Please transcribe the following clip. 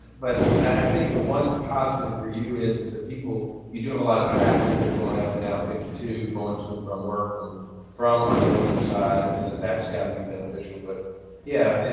but i think the one positive for you is is that people you do have a lot of traffic that are going up and down, fifty two going to and from work from from our northern side and that that's got to be beneficial, but yeah,